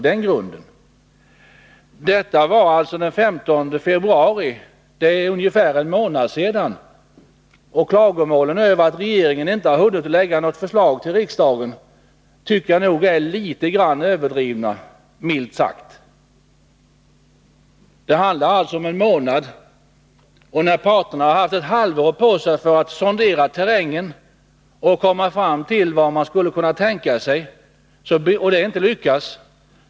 Detta var den 15 februari, för ungefär en månad sedan, och klagomålen över att regeringen inte har hunnit lägga något förslag till riksdagen tycker jag är litet grand överdrivna, milt sagt. Parterna hade ett halvår på sig för att sondera terrängen och söka komma fram till en tänkbar lösning — utan att lyckas.